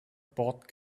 bought